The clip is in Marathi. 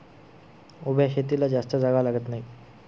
उभ्या शेतीला जास्त जागा लागत नाही